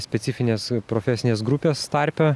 specifinės profesinės grupės tarpe